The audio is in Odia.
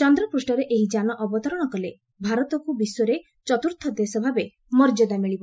ଚନ୍ଦ୍ରପୃଷ୍ଠରେ ଏହି ଯାନ ଅବତରଣ କଲେ ଭାରତକୁ ବିଶ୍ୱରେ ଚତୁର୍ଥ ଦେଶ ଭାବେ ମର୍ଯ୍ୟାଦା ମିଳିବ